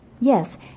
Yes